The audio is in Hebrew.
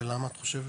ולמה את חושבת